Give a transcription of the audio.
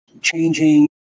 changing